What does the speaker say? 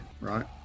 right